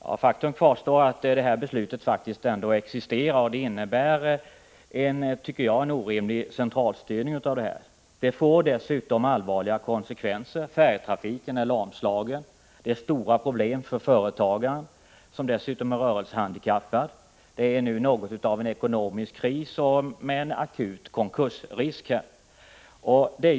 Herr talman! Faktum kvarstår att det här beslutet existerar. Det innebär, tycker jag, en orimlig centralstyrning. Det har dessutom fått allvarliga konsekvenser: färjetrafiken är lamslagen, det är stora problem för företagaren —-som dessutom är rörelsehandikappad-—, företaget befinner sig i något av en ekonomisk kris med en akut konkursrisk.